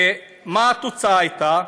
ומה התוצאה הייתה?